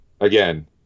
again